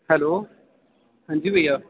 hello हां जी भैया